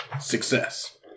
Success